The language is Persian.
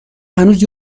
هنوز